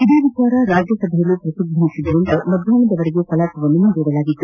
ಇದೇ ವಿಚಾರ ರಾಜ್ಯಸಭೆಯಲ್ಲೂ ಪ್ರತಿಧ್ವನಿಸಿದ್ದರಿಂದ ಮಧ್ಯಾಷ್ನದವರೆಗೂ ಕಲಾಪವನ್ನು ಮುಂದೂಡಲಾಗಿತ್ತು